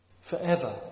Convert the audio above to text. forever